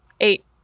Eight